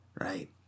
right